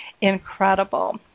incredible